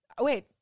wait